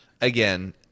again